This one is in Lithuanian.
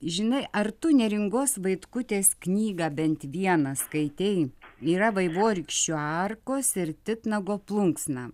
žinai ar tu neringos vaitkutės knygą bent vieną skaitei yra vaivorykščių arkos ir titnago plunksna